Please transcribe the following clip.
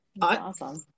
Awesome